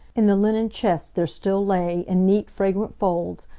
in the linen chest there still lay, in neat, fragrant folds,